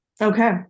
Okay